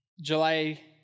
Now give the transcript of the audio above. July